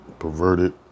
perverted